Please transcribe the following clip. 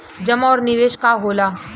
जमा और निवेश का होला?